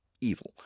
Evil